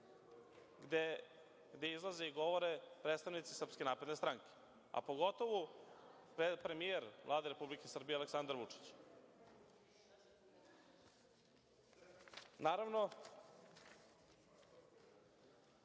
gde izlaze i govore predstavnici SNS, a pogotovo premijer Vlade Republike Srbije Aleksandar Vučić. Naravno,